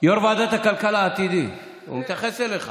יו"ר ועדת הכלכלה העתידי, הוא מתייחס אליך.